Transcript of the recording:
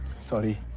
sorry.